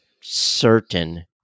certain